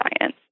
science